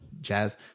jazz